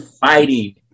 fighting